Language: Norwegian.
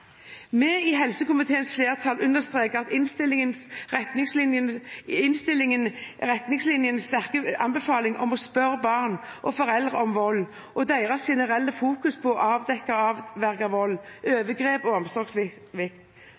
i helsekomiteens flertall understreker i innstillingen retningslinjenes sterke anbefaling om å spørre barn og foreldre om vold og retningslinjenes generelle fokus på å avdekke og avverge vold, overgrep og